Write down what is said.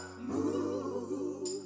move